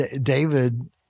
David